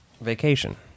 Vacation